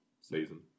season